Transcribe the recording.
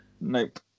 Nope